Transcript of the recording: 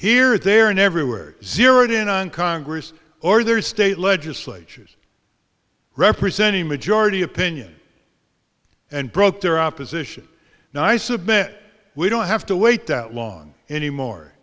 here there and everywhere zeroed in on congress or their state legislatures representing majority opinion and broke their opposition now i submit we don't have to wait that long anymore